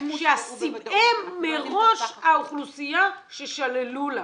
שהן מראש האוכלוסייה ששללו לה.